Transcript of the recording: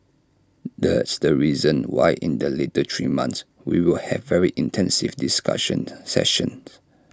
that's the reason why in the later three months we will have very intensive discussion sessions